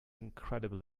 incredibly